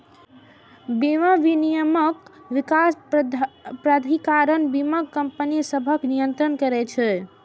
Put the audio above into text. बीमा विनियामक विकास प्राधिकरण बीमा कंपनी सभकें नियंत्रित करै छै